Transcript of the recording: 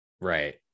Right